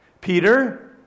Peter